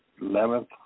eleventh